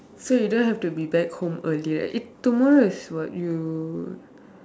so you don't have to be back home earlier eh tomorrow is what you